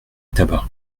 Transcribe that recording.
tabac